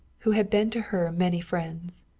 who had been to her many friends.